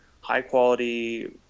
high-quality